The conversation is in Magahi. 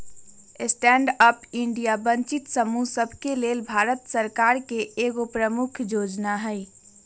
स्टैंड अप इंडिया वंचित समूह सभके लेल भारत सरकार के एगो प्रमुख जोजना हइ